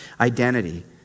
identity